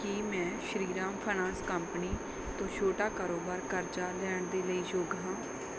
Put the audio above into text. ਕੀ ਮੈਂ Shriram finance company ਤੋਂ ਛੋਟਾ ਕਾਰੋਬਾਰ ਕਰਜ਼ਾ ਲੈਣ ਦੇ ਲਈ ਯੋਗ ਹਾਂ